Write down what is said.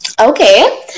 Okay